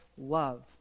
love